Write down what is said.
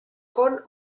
con